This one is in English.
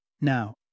Now